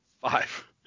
Five